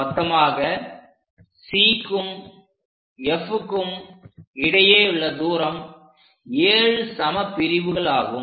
மொத்தமாக Cக்கும் Fக்கும் இடையே உள்ள தூரம் 7 சம பிரிவுகளாகும்